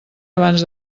abans